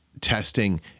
testing